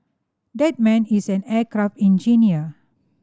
that man is an aircraft engineer